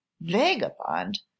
vagabond